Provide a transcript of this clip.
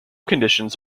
conditions